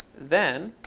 then